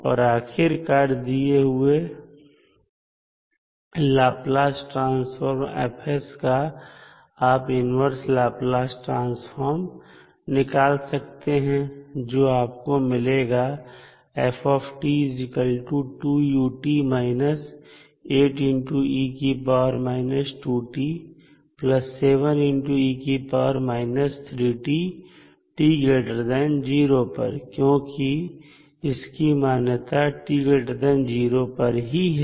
और आखिरकार दिए हुए लाप्लास ट्रांसफॉर्म F का आप इन्वर्स लाप्लास ट्रांसफॉर्म निकाल सकते हैं जो आपको मिलेगा t0 पर क्योंकि इसकी मान्यता t0 पर ही है